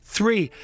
three